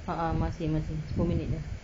ah ah masih masih sepuluh minit jer